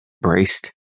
braced